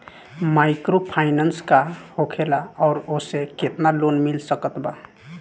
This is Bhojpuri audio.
माइक्रोफाइनन्स का होखेला और ओसे केतना लोन मिल सकत बा?